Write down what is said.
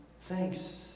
thanks